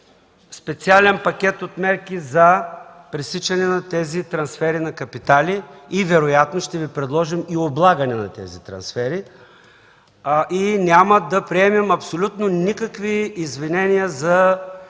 специален пакет от мерки за пресичане на тези трансфери на капитали и вероятно ще Ви предложим и облагане на тези трансфери. Няма да приемем абсолютно никакви извинения и